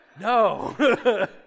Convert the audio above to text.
no